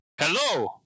Hello